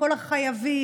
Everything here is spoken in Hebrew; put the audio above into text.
מכל החייבים,